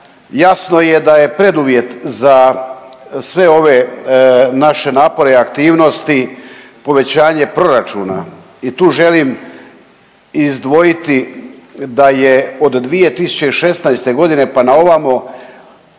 jasno je da je preduvjet za sve ove naše napore i aktivnosti povećanje proračuna i tu želim izdvojiti da je od 2016. g. pa naovamo